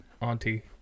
Auntie